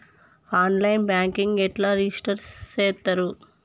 On line banking ఎట్లా register చేత్తరు?